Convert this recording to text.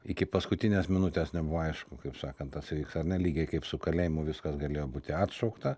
iki paskutinės minutės nebuvo aišku kaip sakant tas įvyks ar ne lygiai kaip su kalėjimu viskas galėjo būti atšaukta